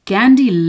Candy